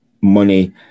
Money